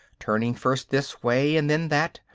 turning first this way and then that,